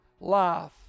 life